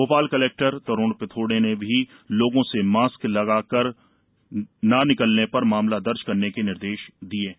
Bhopal collector Tarun Pithode ने भी लोगों से मास्क लगाकार न निकलने पर मामला दर्ज करने के निर्देष दिए हैं